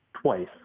twice